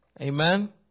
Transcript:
Amen